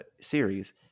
series